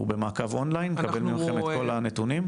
הוא במעקב און ליין, מקבל מכם את כל הנתונים?